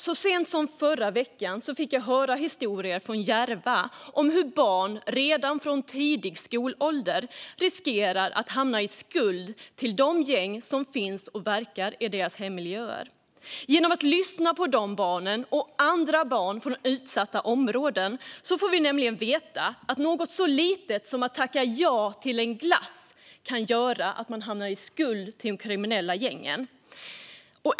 Så sent som förra veckan fick jag höra historier från Järva om hur barn redan från tidig skolålder riskerar att hamna i skuld till de gäng som verkar i deras hemmiljöer. Genom att lyssna på dessa barn och andra barn från utsatta områden får vi nämligen veta att något så litet som att tacka ja till en glass kan göra att man hamnar i skuld till de kriminella gängen.